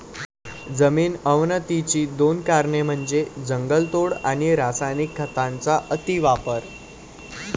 जमीन अवनतीची दोन कारणे म्हणजे जंगलतोड आणि रासायनिक खतांचा अतिवापर